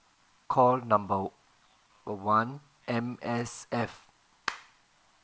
call number err one M_S_F